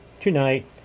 tonight